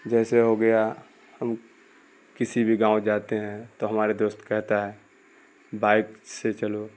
جیسے ہو گیا ہم کسی بھی گاؤں جاتے ہیں تو ہمارے دوست کہتا ہے بائک سے چلو